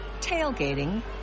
tailgating